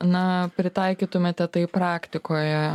na pritaikytumėte tai praktikoje